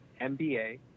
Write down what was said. MBA